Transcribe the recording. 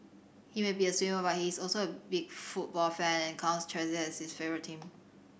he may be a swimmer but he is also a big football fan and counts Chelsea as his favourite team